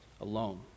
alone